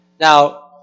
Now